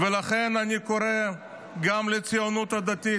ולכן אני קורא פעם נוספת גם לציונות הדתית,